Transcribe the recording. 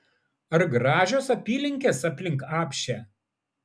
ar gražios apylinkės aplink apšę